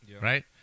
right